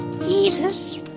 Jesus